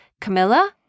camilla